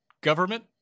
government